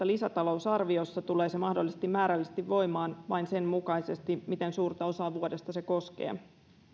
lisätalousarviossa tulee se mahdollisesti määrällisesti voimaan vain sen mukaisesti miten suurta osaa vuodesta se koskee